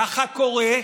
ככה קורה,